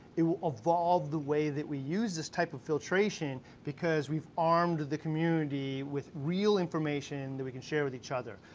it will evolve the way that we use this type of filtration, because we've armed the community with real information that we can share with each other,